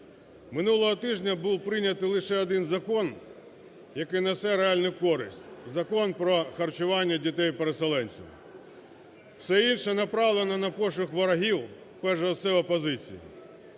Минулого тижня був прийнятий лише один закон, який несе реальну користь – закон про харчування дітей переселенців. Все інше направлено на пошук ворогів, перш за все, опозиції.